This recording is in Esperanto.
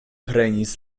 prenis